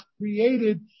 created